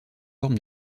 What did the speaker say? forme